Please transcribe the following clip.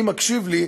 אם הוא מקשיב לי,